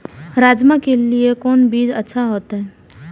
राजमा के लिए कोन बीज अच्छा होते?